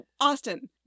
Austin